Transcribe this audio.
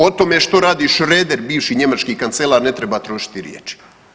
O tome što radi Schröder, bivši njemački kancel ne treba trošiti riječi.